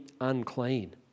unclean